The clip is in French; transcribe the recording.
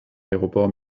aéroport